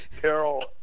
Carol